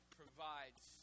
provides